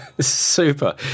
super